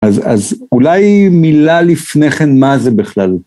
אז אז אולי מילה לפני כן, מה זה בכלל?